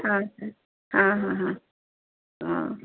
ହଁ ସାର୍ ହଁ ହଁ ହଁ ହଁ